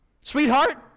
Sweetheart